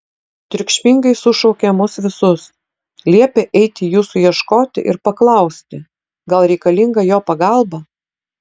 triukšmingai sušaukė mus visus liepė eiti jūsų ieškoti ir paklausti gal reikalinga jo pagalba